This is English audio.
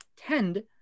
tend